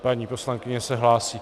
Paní poslankyně se hlásí.